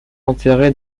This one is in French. enterré